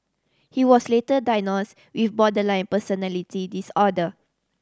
he was later diagnose with borderline personality disorder